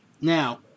now